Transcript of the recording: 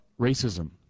racism